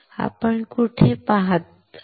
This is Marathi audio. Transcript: आपण कुठे आहोत